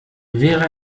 wäre